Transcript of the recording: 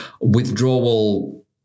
Withdrawal